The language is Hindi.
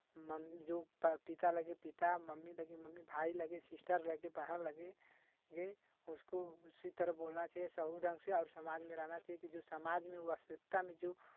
मम्मी जो पिता लगे पिता मम्मी लगे मम्मी भाई लगे सिस्टर लगे बहन लगे लगे उसको उसी तरह बोलना चाहिए सही ढंग से और समाज में रहना चाहिए कि जो समाज में वास्तविकता में जो